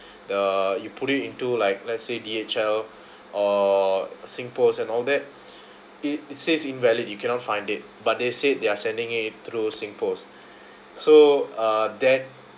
the you put it into like let's say D_H_L or Singpost and all that it it says invalid you cannot find it but they said they're sending it through Singpost so uh that